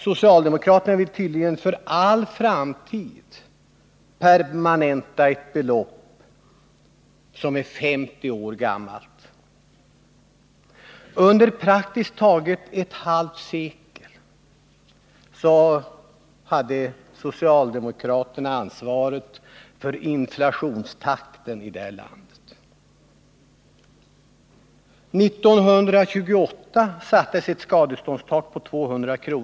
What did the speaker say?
Socialdemokraterna vill tydligen för all framtid permanenta ett belopp som är 50 år gammalt. Under praktiskt taget ett halvt sekel har socialdemokraterna haft ansvaret för inflationstakten i det här landet. År 1928 sattes ett skadeståndstak vid 200 kr.